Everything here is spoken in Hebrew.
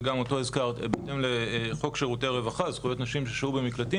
וגם אותו הזכרת: בהתאם לחוק שירותי הרווחה (זכויות שנשים ששהו במקלטים),